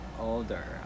older